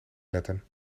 letten